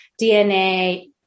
DNA